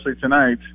tonight